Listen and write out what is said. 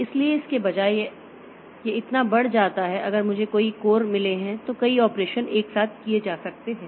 इसलिए इसके बजाय यह इतना बढ़ जाता है अगर मुझे कई कोर मिले हैं तो कई ऑपरेशन एक साथ किए जा सकते हैं